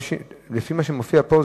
לפי מה שמופיע פה,